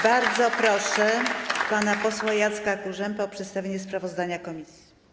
Bardzo proszę pana posła Jacka Kurzępę o przedstawienie sprawozdania komisji.